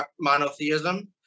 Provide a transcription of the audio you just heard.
monotheism